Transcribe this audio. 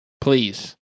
Please